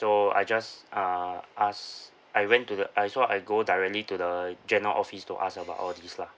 so I just uh ask I went to the uh so I go directly to the general office to ask about all these lah